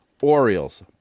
orioles